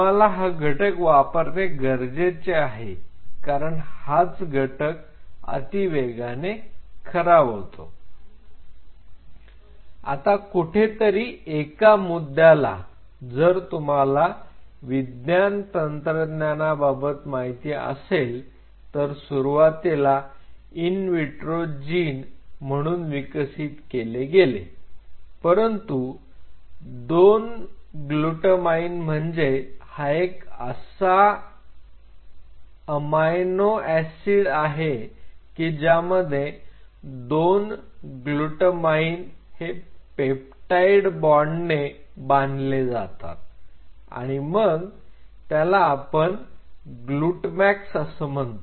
तुम्हाला हा घटक वापरणे गरजेचे आहे कारण हाच घटक अतिवेगाने खराब होतो आता कुठेतरी एका मुद्द्याला जर तुम्हाला विज्ञान तंत्रज्ञानाबाबत माहित असेल तर सुरुवातीला इनविट्रो जीन म्हणून विकसित केले गेले परंतु 2 ग्लूटमाईन म्हणजे हा एक असा अमायनो ऍसिड आहे की ज्यामध्ये 2 ग्लूटमाईन हे पेप्टाइड बॉण्डने बांधले असतात आणि मग त्याला आपण ग्लूटमॅक्स असं म्हणतो